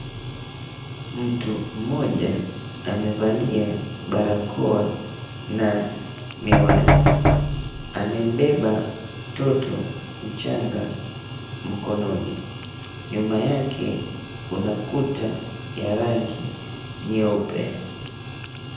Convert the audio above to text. Mtu mmoja amevalia barakoa na miwani. Amembeba mtoto mchanga mkononi. Nyuma yake kuna kuta ya rangi nyeupe.